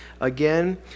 Again